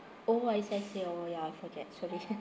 oh I see I see oh ya I forget sorry